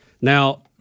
Now